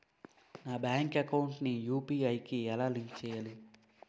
నా bank account ని UPI కి ఎలా లింక్ చేసుకోవాలి?